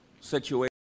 situation